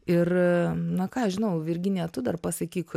ir na ką aš žinau virginija tu dar pasakyk